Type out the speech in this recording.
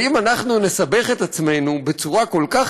ואם אנחנו נסבך את עצמנו בצורה כל כך